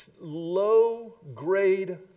low-grade